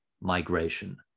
migration